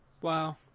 Wow